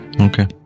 Okay